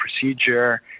procedure